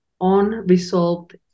unresolved